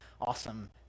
awesome